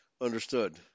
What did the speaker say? understood